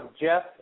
Jeff